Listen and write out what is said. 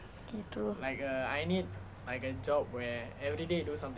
okay true